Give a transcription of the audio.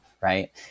Right